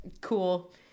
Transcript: Cool